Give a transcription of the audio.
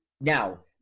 Now